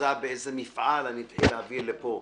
תזוזה באיזה מפעל אביא לפה.